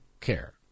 care